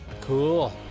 Cool